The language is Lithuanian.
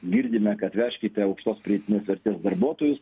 girdime kad vežkite aukštos pridėtinės vertės darbuotojus